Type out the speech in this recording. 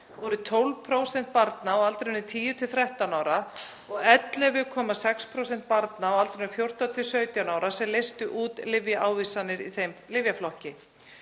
voru það 12% barna á aldrinum 10–13 ára og 11,6% barna á aldrinum 14–17 ára sem leystu út lyfjaávísanir í þeim lyfjaflokki.